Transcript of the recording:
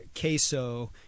queso